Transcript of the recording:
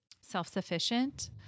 self-sufficient